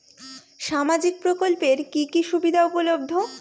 সামাজিক প্রকল্প এর কি কি সুবিধা উপলব্ধ?